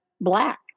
black